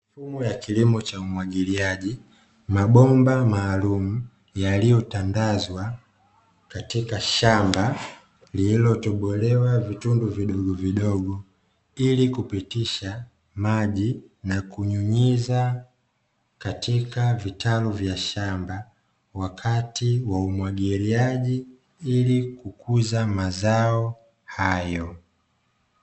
Mifumo ya kilimo cha umwagiliaji, mabomba maalumu yaliyotandazwa katika shamba, lililotobolewa vitundu vidogovidogo ili kupitisha maji na kunyunyiza katika vitalu vya shamba, wakati wa umwagiliaji ili kukuza mazao hayo.